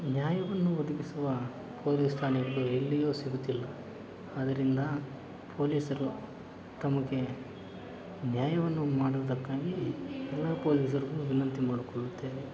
ನ್ಯಾಯವನ್ನು ಒದಗಿಸುವ ಪೊಲೀಸ್ ಠಾಣೆ ಒಂದು ಎಲ್ಲಿಯೂ ಸಿಗುತ್ತಿಲ್ಲ ಅದರಿಂದ ಪೊಲೀಸರು ತಮಗೆ ನ್ಯಾಯವನ್ನು ಮಾಡುವುದಕ್ಕಾಗಿ ಎಲ್ಲ ಪೊಲೀಸರಿಗೂ ವಿನಂತಿ ಮಾಡಿಕೊಳ್ಳುತ್ತೇವೆ